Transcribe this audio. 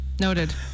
Noted